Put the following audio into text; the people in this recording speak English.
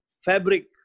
fabric